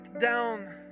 down